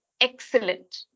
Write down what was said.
excellent